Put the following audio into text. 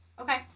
Okay